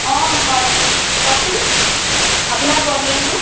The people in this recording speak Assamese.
অঁ হয় কওকচোন আপোনাৰ প্ৰব্লেমটো